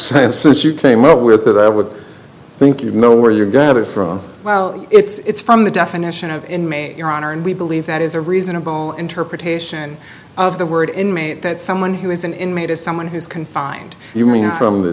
since you came up with that i would think you know where your got it from well it's from the definition of inmate your honor and we believe that is a reasonable interpretation of the word inmate that someone who is an inmate is someone who's confined you mean from